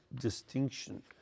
distinction